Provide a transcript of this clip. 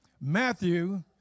Matthew